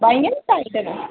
बाहियां बी टाइट करनियां